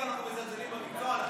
כאילו אנחנו מזלזלים במקצוע.